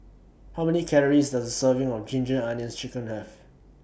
How Many Calories Does A Serving of Ginger Onions Chicken Have